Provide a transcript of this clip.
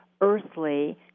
earthly